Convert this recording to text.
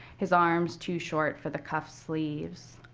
his arms too short for the cuffs sleeves.